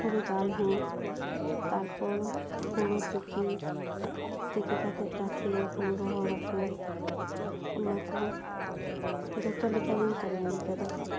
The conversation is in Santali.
ᱦᱩᱲᱩ ᱫᱟᱞ ᱦᱚ ᱛᱟᱨᱯᱚᱨ ᱦᱩᱲᱩ ᱛᱤᱠᱤ ᱛᱤᱠᱤ ᱠᱟᱛᱮᱫ ᱛᱟᱹᱥᱤ ᱭᱟᱠᱚ ᱨᱚᱦᱚᱲ ᱟᱠᱚ ᱚᱱᱟᱠᱚᱦᱚ ᱡᱚᱛᱚ ᱞᱮᱠᱟᱜᱤᱧ ᱠᱟᱹᱢᱤᱭ ᱠᱟᱫᱟ